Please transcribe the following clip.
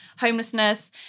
homelessness